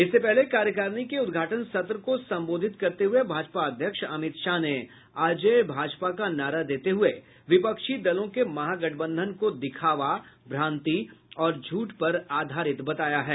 इससे पहले कार्यकारिणी के उद्घाटन सत्र को संबोधित करते हुये भाजपा अध्यक्ष अमित शाह ने अजेय भाजपा का नारा देते हुये विपक्षी दलों के महागठबंधन को दिखावा भ्रांति और झूठ पर आधारित बताया है